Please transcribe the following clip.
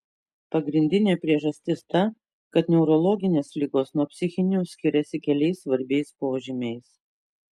pagrindinė priežastis ta kad neurologinės ligos nuo psichinių skiriasi keliais svarbiais požymiais